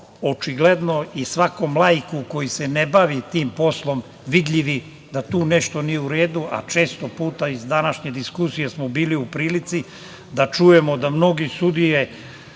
očigledno i svakom laiku koji se ne bavi tim poslom vidljivi da tu nešto nije u redu. Često puta iz današnje diskusije smo bili u prilici da čujemo da mnoge sudije